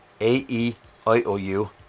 A-E-I-O-U